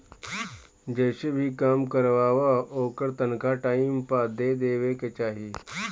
जेसे भी काम करवावअ ओकर तनखा टाइम पअ दे देवे के चाही